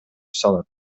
салат